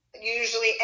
usually